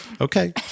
Okay